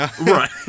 Right